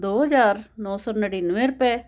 ਦੋ ਹਜ਼ਾਰ ਨੌਂ ਸੌ ਨੜਿਨਵੇਂ ਰੁਪਏ